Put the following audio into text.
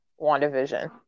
WandaVision